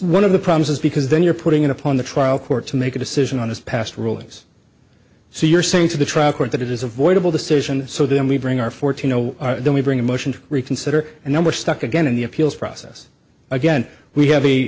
one of the problems is because then you're putting in upon the trial court to make a decision on his past rulings so you're saying to the trial court that it is avoidable the station so then we bring our fourteen oh then we bring a motion to reconsider and then we're stuck again in the appeals process again we have